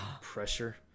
pressure